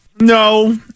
no